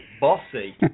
bossy